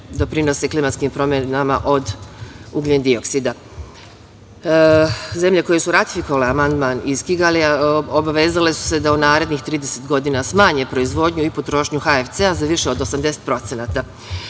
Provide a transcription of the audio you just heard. doprinose klimatskim promenama od ugljen dioksida. Zemlje koje su ratifikovale amandman iz Kigalija, obavezale su se da u narednih 30 godina smanje proizvodnju i potrošnju HFC za više od 80%.Ono